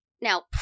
now